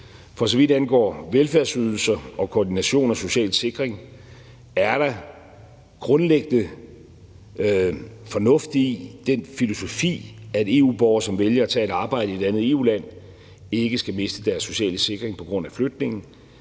For så vidt angår velfærdsydelser og koordination og social sikring, er der grundlæggende fornuft i den filosofi, at EU-borgere, som vælger at tage et arbejde i et andet EU-land, ikke skal miste deres sociale sikring på grund af flytningen